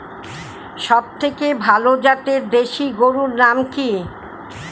সবথেকে ভালো জাতের দেশি গরুর নাম কি?